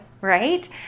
right